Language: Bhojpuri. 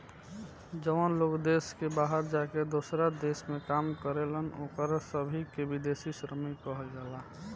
जवन लोग देश के बाहर जाके दोसरा देश में काम करेलन ओकरा सभे के विदेशी श्रमिक कहल जाला